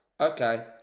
Okay